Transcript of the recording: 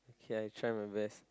okay I try my best